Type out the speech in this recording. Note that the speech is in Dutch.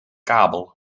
kabel